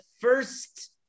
first